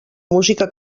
música